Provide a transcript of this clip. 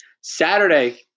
Saturday